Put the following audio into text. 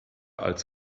als